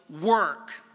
work